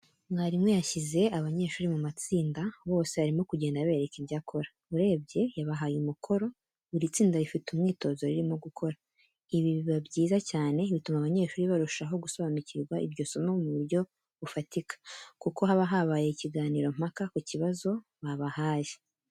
Mwarimu yashyize abanyeshuri mu matsinda bose arimo kugenda abereka ibyo akora. Urebye yabahaye umukoro, buri tsinda rifite umwitozo ririmo gukora. Ibi biba byiza cyane bituma abanyeshuri barushaho gusobanukirwa iryo somo mu buryo bufatika, kuko habahabaye ikiganiro mpaka ku kibazo babahaye.